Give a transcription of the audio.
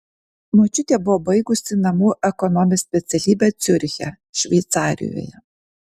močiutė buvo baigusi namų ekonomės specialybę ciuriche šveicarijoje